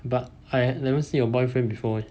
but I never see your boyfriend before eh